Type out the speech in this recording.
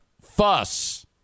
fuss